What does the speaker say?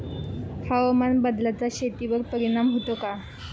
हवामान बदलाचा शेतीवर परिणाम होतो का?